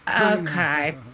okay